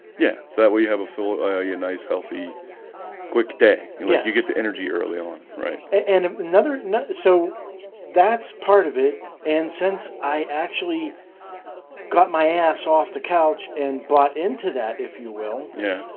yeah, that we have a full i owe you a nice healthy quick day like you get the energy early on right and um another so that's part of it and since i actually got my ass off the couch and bought into that if you will yeah,